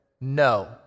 no